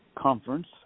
conference